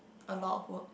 a lot of work